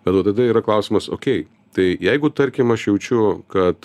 bet o tada yra klausimas okei tai jeigu tarkim aš jaučiu kad